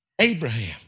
Abraham